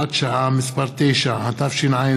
ההצעה תועבר לוועדת העבודה והרווחה.